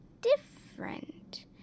different